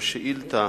בשאילתא